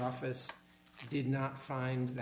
office did not find the